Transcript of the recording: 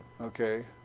Okay